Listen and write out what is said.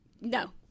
No